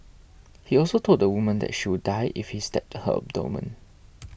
he also told the woman that she would die if he stabbed her abdomen